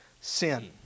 sin